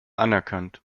anerkannt